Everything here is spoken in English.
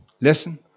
listen